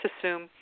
assume